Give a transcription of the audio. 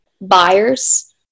buyers